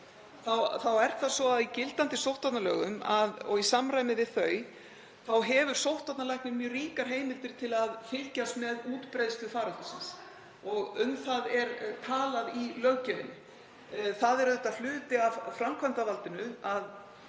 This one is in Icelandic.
um gögn, að í gildandi sóttvarnalögum og í samræmi við þau hefur sóttvarnalæknir mjög ríkar heimildir til að fylgjast með útbreiðslu faraldursins og um það er talað í löggjöfinni. Það er auðvitað hluti af framkvæmdarvaldinu að